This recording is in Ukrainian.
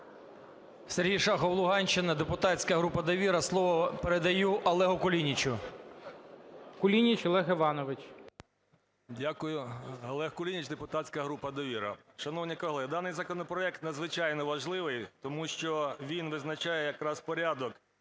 О.І. Дякую. Олег Кулініч, депутатська група "Довіра". Шановні колеги, даний законопроект надзвичайно важливий, тому що він визначає якраз порядок